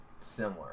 similar